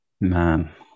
man